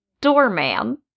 doorman